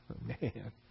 Man